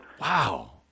Wow